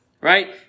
Right